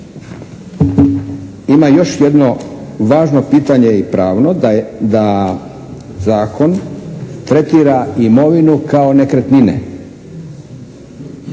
Ima još jedno važno pitanje i pravno, da zakon tretira imovinu kao nekretnine.